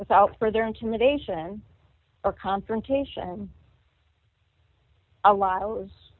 without further intimidation or confrontation a lot of